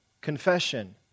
confession